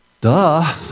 Duh